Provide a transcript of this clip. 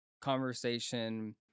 conversation